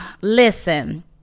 listen